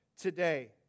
today